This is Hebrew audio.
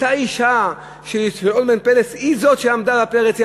אותה אישה של און בן פלת היא זאת שעמדה בפרץ.